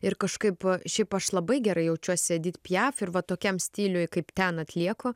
ir kažkaip šiaip aš labai gerai jaučiuosi edit piaf ir va tokiam stiliuj kaip ten atlieku